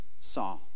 saw